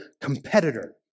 competitor